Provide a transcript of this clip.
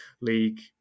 league